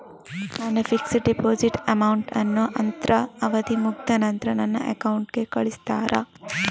ನನ್ನ fixed deposit amount ಅನ್ನು ಅದ್ರ ಅವಧಿ ಮುಗ್ದ ನಂತ್ರ ನನ್ನ ಅಕೌಂಟ್ ಗೆ ಕಳಿಸ್ತೀರಾ?